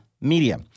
media